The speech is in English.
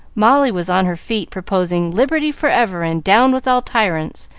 molly was on her feet proposing, liberty forever, and down with all tyrants,